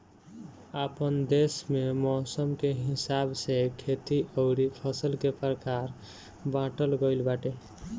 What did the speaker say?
आपन देस में मौसम के हिसाब से खेती अउरी फसल के प्रकार बाँटल गइल बाटे